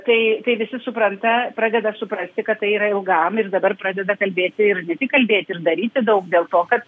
tai kai visi supranta pradeda suprasti kad tai yra ilgam ir dabar pradeda kalbėti ir tik kalbėti ir daryti daug dėl to kad